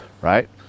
right